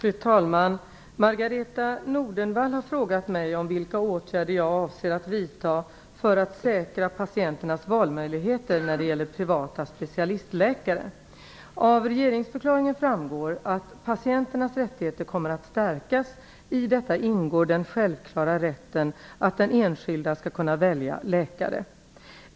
Fru talman! Margareta E Nordenvall har frågat mig vilka åtgärder jag avser att vidta för att säkra patienternas valmöjligheter när det gäller privata specialistläkare. Av regeringsförklaringen framgår följande: "Patienternas rättigheter kommer att stärkas. I detta ingår den självklara rätten att den enskilde skall kunna välja läkare."